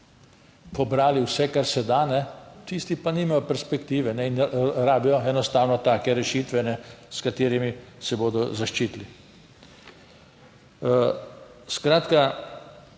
pobrali vse, kar se da, tisti pa nimajo perspektive in rabijo enostavno take rešitve s katerimi se bodo zaščitili. Skratka,